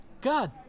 God